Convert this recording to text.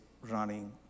running